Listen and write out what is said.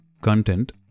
content